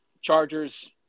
chargers